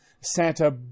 Santa